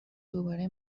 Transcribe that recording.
دوباره